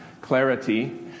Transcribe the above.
clarity